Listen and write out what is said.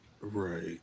Right